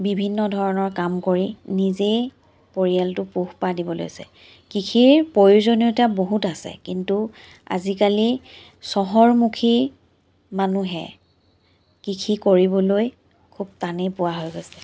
বিভিন্ন ধৰণৰ কাম কৰি নিজেই পৰিয়ালটো পোহ পাল দিব লৈছে কৃষিৰ প্ৰয়োজনীয়তা বহুত আছে কিন্তু আজিকালি চহৰমুখী মানুহে কৃষি কৰিবলৈ খুব টানেই পোৱা হৈ গৈছে